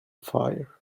fire